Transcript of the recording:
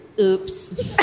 oops